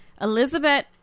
Elizabeth